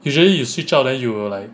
usually you switch out then you will like